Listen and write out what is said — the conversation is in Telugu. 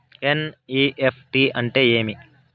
ఎన్.ఇ.ఎఫ్.టి అంటే ఏమి